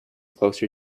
closer